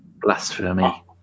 blasphemy